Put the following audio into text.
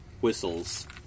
whistles